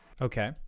Okay